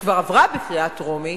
שכבר עברה בקריאה הטרומית,